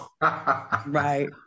right